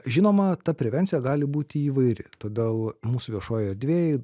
žinoma ta prevencija gali būti įvairi todėl mūsų viešojoj erdvėj